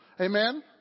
Amen